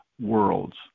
worlds